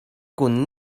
kun